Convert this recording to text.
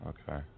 Okay